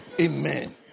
Amen